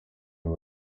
ngo